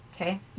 Okay